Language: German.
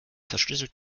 verschlüsselt